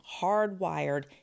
hardwired